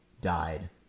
died